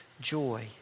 joy